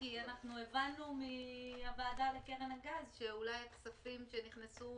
כי הבנו מהוועדה לקרן הגז שאולי הכספים שנכנסו